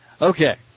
Okay